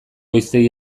hiztegi